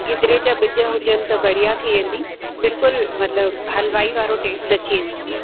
गिदिरे जा ॿिज हुजनि त बढ़िया थी वेंदी बिल्कुलु मतिलब हलिवाई वारो टेस्ट अची वेंदव